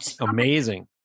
Amazing